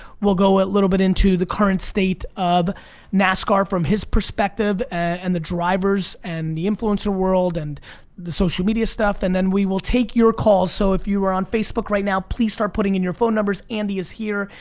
we'll go a little bit into the current state of nascar from his perspective and the drivers and the influencer world and the social media stuff. and then we will take your calls, so if you are on facebook right now please start putting in your phone numbers andy is here,